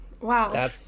Wow